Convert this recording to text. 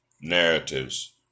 narratives